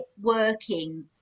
working